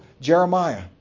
Jeremiah